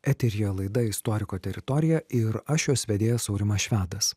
eteryje laida istoriko teritorija ir aš jos vedėjas aurimas švedas